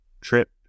trip